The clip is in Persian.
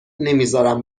نمیزارم